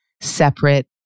separate